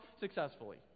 successfully